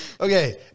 Okay